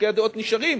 חילוקי הדעות נשארים,